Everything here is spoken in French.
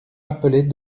appelait